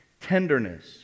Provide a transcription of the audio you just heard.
tenderness